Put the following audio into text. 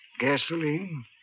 gasoline